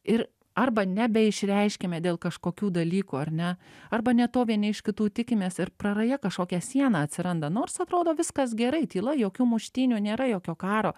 ir arba nebeišreiškiame dėl kažkokių dalykų ar ne arba ne to vieni iš kitų tikimės ir praraja kažkokia siena atsiranda nors atrodo viskas gerai tyla jokių muštynių nėra jokio karo